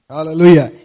Hallelujah